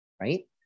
right